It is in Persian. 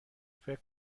فکر